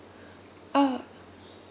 oh